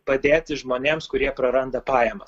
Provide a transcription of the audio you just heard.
padėti žmonėms kurie praranda pajamas